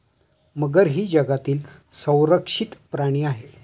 मगर ही जगातील संरक्षित प्राणी आहे